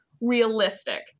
realistic